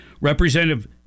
Representative